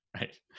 right